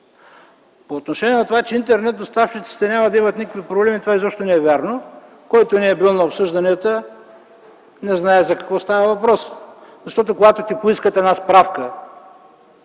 По отношение на това, че интернет доставчиците няма да имат никакви проблеми, това изобщо не е вярно. Който не е бил на обсъжданията, не знае за какво става въпрос. Когато се поиска една справка